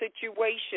situation